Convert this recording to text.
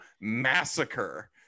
massacre